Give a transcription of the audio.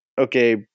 okay